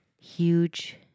Huge